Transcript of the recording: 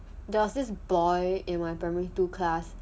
there was this boy in my primary school class